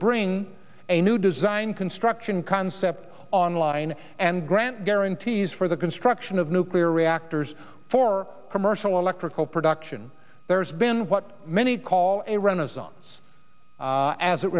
bring a new design construction concept on line and grant guarantees for the construction of nuclear reactors for commercial electrical production there's been what many call a renaissance as it